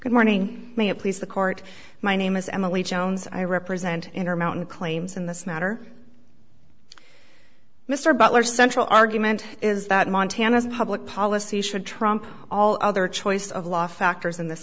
good morning may it please the court my name is emily jones i represent intermountain claims in this matter mr butler central argument is that montana's public policy should trump all other choice of law factors in this